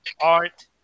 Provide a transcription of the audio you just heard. Art